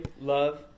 love